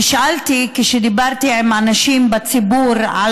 נשאלתי כשדיברתי עם אנשים מהציבור על